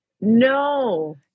No